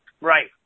Right